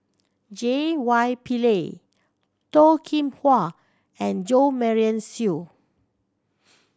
J Y Pillay Toh Kim Hwa and Jo Marion Seow